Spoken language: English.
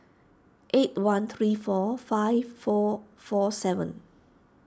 eight one three four five four four seven